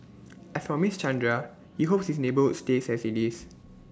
as for miss Chandra he hopes his neighbourhood stays as IT is